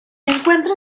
encuentra